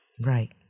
Right